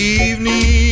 evening